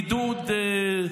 עידוד,